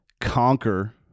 conquer